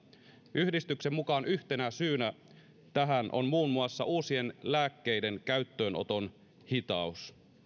yhdistyksen mukaan yhtenä syynä tähän on muun muassa uusien lääkkeiden käyttöönoton hitaus